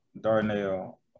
Darnell